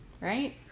Right